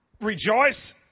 Rejoice